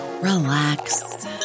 relax